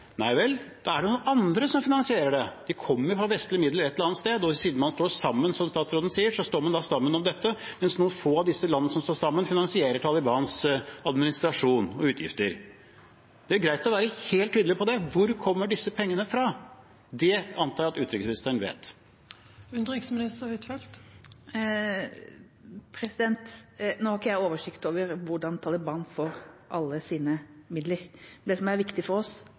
Det kommer jo fra vestlige midler et eller annet sted. Siden man står sammen, som utenriksministeren sier, står man da sammen om dette, mens noen få av de landene som står sammen, finansierer Talibans administrasjon og utgifter. Det er greit å være helt tydelig på det. Hvor kommer disse pengene fra? Det antar jeg at utenriksministeren vet. Jeg har ikke oversikt over hvordan Taliban får alle sine midler. Det som er viktig for oss,